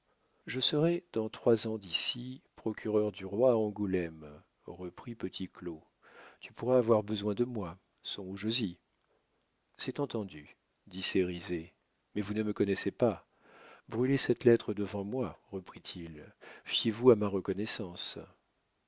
je serai dans trois ans d'ici procureur du roi à angoulême reprit petit claud tu pourras avoir besoin de moi songes-y c'est entendu dit cérizet mais vous ne me connaissez pas brûlez cette lettre devant moi reprit-il fiez-vous à ma reconnaissance